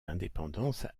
d’indépendance